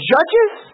Judges